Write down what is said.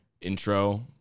intro